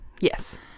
yes